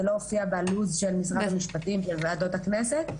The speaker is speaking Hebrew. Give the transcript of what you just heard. זה פשוט לא הופיע בלוח הזמנים של משרד המפשטים של וועדות הכנסת.